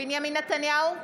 בנימין נתניהו,